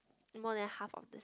more than half of the